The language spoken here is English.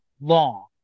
long